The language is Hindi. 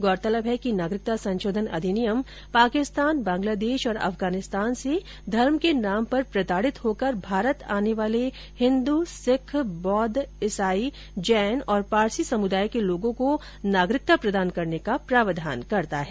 गौरतलब है कि नागरिकता संशोधन अधिनियम पाकिस्तान बांग्लादेश और अफगानिस्तान से धर्म के नाम पर प्रताडित होकर भारत आने वाले हिन्दू सिक्ख बौद्ध ईसाई जैन और पारसी समुदाय के लोगों को नागरिकता प्रदान करने का प्रावधान करता है